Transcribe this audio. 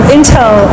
Intel